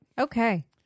Okay